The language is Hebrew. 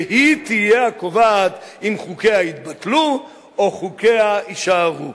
והיא תהיה הקובעת אם חוקיה יתבטלו או חוקיה יישארו.